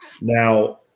Now